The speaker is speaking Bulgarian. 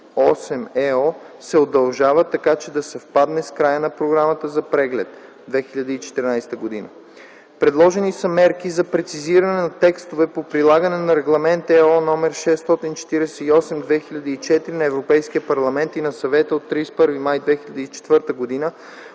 се удължава, така че да съвпадне с края на програмата за преглед (2014 г.) Предложени са мерки за прецизиране на текстовете по прилагане на Регламент (ЕО) № 648/2004 на Европейския парламент и на Съвета от 31 март 2004 г.